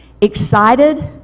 excited